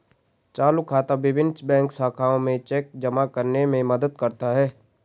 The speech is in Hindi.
चालू खाता विभिन्न बैंक शाखाओं में चेक जमा करने में मदद करता है